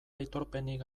aitorpenik